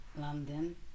London